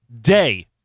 day